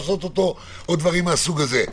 או דברים מהסוג הזה,